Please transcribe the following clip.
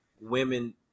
women